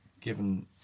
given